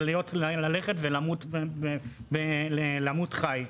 זה ללכת ולמות חי.